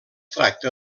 tracta